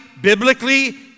Biblically